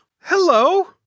Hello